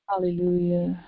Hallelujah